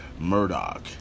Murdoch